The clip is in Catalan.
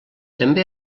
també